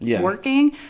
working